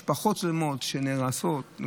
משפחות שלמות שנהרסות.